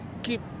keep